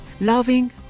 loving